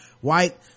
white